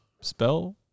spell